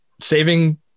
saving